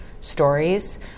stories